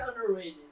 underrated